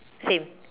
same